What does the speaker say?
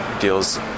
deals